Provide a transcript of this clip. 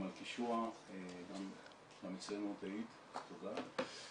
גם אצלנו את היית, תודה.